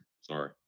sorry